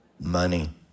Money